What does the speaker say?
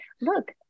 look